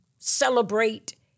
celebrate